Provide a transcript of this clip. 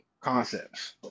concepts